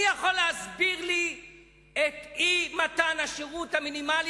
מי יכול להסביר לי את אי-מתן השירות המינימלי